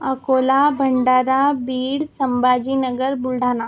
Akola Bhandara Beed Sambhajinagar Buldhana